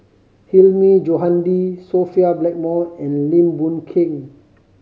Hilmi Johandi Sophia Blackmore and Lim Boon Keng